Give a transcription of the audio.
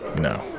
No